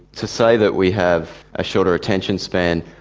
to say that we have a shorter attention span.